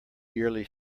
yearly